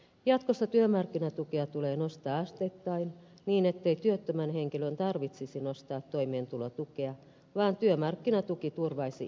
jatkossa työmarkkinatukea tulee nostaa asteittain niin ettei työttömän henkilön tarvitsisi nostaa toimeentulotukea vaan työmarkkinatuki turvaisi ihmisen toimeentulon